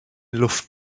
luft